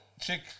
chick